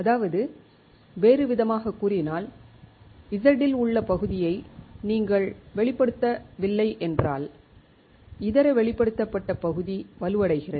அதாவது வேறுவிதமாகக் கூறினால் Z இல் உள்ள பகுதியை நீங்கள் வெளிப்படுத்தவில்லை என்றால் இதர வெளிப்படுத்தப்பட்ட பகுதி வலுவடைகிறது